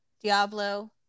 Diablo